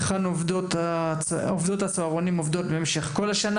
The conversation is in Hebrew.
שירכז את המקומות בהן הסייעות עובדות במשך כל השנה